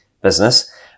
business